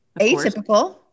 Atypical